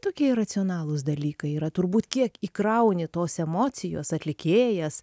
tokie iracionalūs dalykai yra turbūt kiek įkrauni tos emocijos atlikėjas